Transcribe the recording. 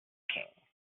king